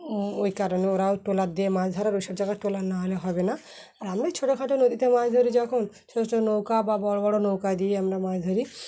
ওই কারণে ওরাও ট্রলার দিয়ে মাছ ধর আর ওই সব জায়গায় তোলার না হলে হবে না আর আমরা ছোটোখাটো নদীতে মাছ ধরি যখন ছোটো ছোটো নৌকা বা বড়ো বড়ো নৌকা দিয়ে আমরা মাছ ধরি